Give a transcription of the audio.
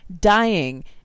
dying